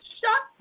shut